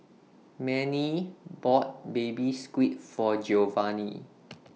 Mannie bought Baby Squid For Giovanni